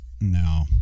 No